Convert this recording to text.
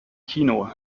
kino